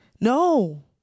no